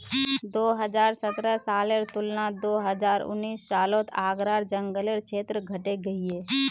दो हज़ार सतरह सालेर तुलनात दो हज़ार उन्नीस सालोत आग्रार जन्ग्लेर क्षेत्र घटे गहिये